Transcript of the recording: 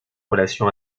relations